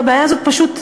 והבעיה הזאת פשוט תיפתר.